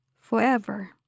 forever